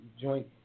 joint